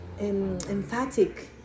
emphatic